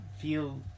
feel